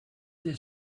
their